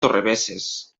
torrebesses